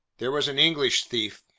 there was an english thief,